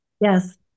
Yes